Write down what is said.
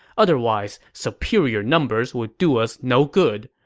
otherwise, superior numbers would do us no good.